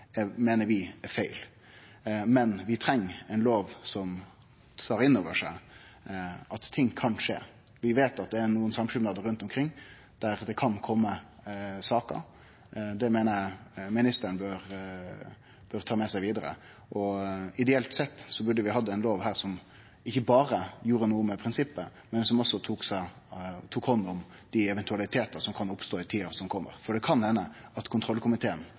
meiner vi er feil, men vi treng ei lov som tar inn over seg at ting kan skje. Vi veit at det er nokre samskipnadar rundt omkring der det kan kome saker. Det meiner eg ministeren bør ta med seg vidare. Ideelt sett burde vi hatt ei lov her som ikkje berre gjorde noko med prinsippet, men som også tok hand om dei eventualitetane som kan oppstå i tida som kjem, for det kan hende at kontrollkomiteen